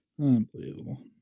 Unbelievable